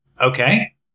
Okay